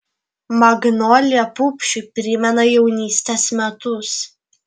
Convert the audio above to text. magnolija pupšiui primena jaunystės metus